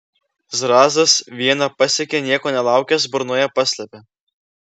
zrazas vieną pasiekė nieko nelaukęs burnoje paslėpė